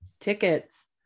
tickets